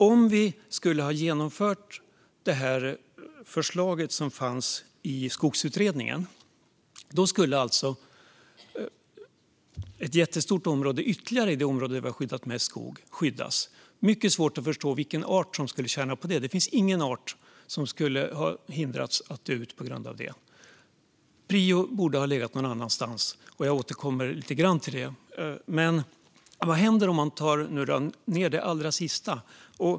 Om vi skulle ha genomfört förslaget som fanns i Skogsutredningen skulle alltså ytterligare ett jättestort område skyddas i det område där vi har skyddat mest skog. Det är mycket svårt att förstå vilken art som skulle tjäna på det. Det finns ingen art som skulle hindras att dö ut till följd av det. Prio borde ha legat någon annanstans, och jag kommer att återkomma lite grann till det. Men vad händer om man tar ned det allra sista?